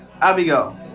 Abigail